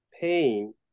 pain